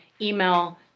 email